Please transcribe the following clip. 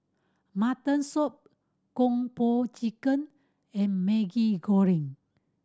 mutton soup Kung Po Chicken and Maggi Goreng